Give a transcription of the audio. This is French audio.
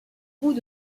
bout